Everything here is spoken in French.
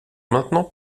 maintenant